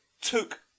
took